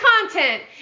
content